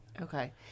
Okay